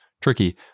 tricky